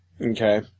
Okay